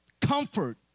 Comfort